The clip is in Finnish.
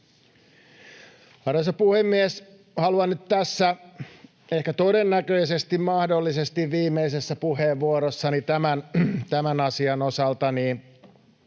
Arvoisa puhemies! Haluan nyt tässä — ehkä todennäköisesti, mahdollisesti — viimeisessä puheenvuorossani tämän asian osalta